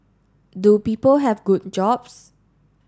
do people have good jobs